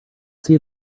see